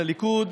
30 ביוני 2021,